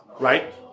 Right